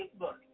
Facebook